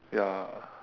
ya